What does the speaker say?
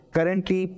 Currently